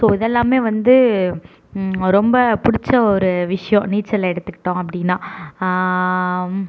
so இதெல்லாமே வந்து ரொம்ப பிடிச்ச ஒரு விஷயம் நீச்சல் எடுத்துக்கிட்டோம் அப்படின்னா